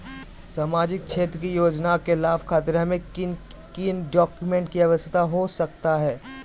सामाजिक क्षेत्र की योजनाओं के लाभ खातिर हमें किन किन डॉक्यूमेंट की आवश्यकता हो सकता है?